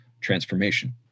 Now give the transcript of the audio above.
transformation